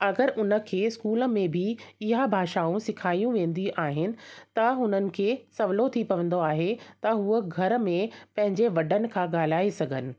अगरि उनखे स्कूल में बि इहा भाषाऊं सेखारियूं वेंदियूं आहिनि त हुननि खे सवलो थी पवंदो आहे त हूअ घरनि में पंहिंजे वॾनि सां ॻाल्हाए सघनि